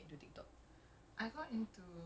that's the teas